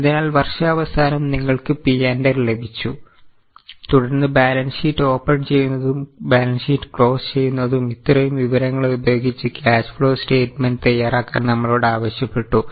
അതിനാൽ വർഷാവസാനം നിങ്ങൾക്ക് P and L ലഭിച്ചു തുടർന്ന് ബാലൻസ് ഷീറ്റ് ഓപ്പൺ ചെയ്യുന്നതും ബാലൻസ് ഷീറ്റ് ക്ലോസ് ചെയ്യുന്നതും ഇത്രയും വിവരങ്ങൾ ഉപയോഗിച്ച് ക്യാഷ് ഫ്ലോ സ്റ്റയ്റ്റ്മെൻറ്റ് തയ്യാറാക്കാൻ നമ്മളോട് ആവശ്യപ്പെട്ടു